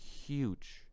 huge